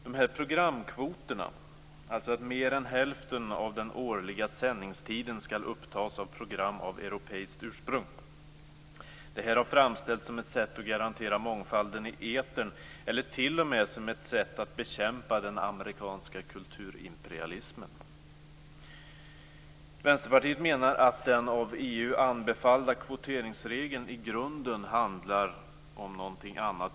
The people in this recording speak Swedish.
De här programkvoterna - att mer än hälften av den årliga sändningstiden skall upptas av program av europeiskt ursprung - har framställts som ett sätt att garantera mångfalden i etern eller t.o.m. som ett sätt att bekämpa den amerikanska kulturimperialismen. Vänsterpartiet menar att den av EU anbefallda kvoteringsregeln i grunden handlar om någonting annat.